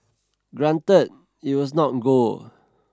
granted it was not gold